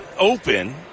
open